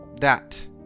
That